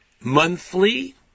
Monthly